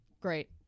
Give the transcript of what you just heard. Great